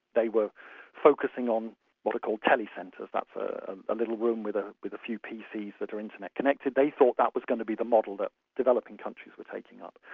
they were focusing on what are called telecentres, that's a little room with ah with a few pcs that are internet-connected. they thought that was going to be the model that developing countries were taking up.